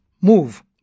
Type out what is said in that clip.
move